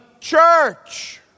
church